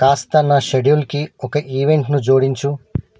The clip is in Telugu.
కాస్త నా షెడ్యూల్కి ఒక ఈవెంట్ను జోడించు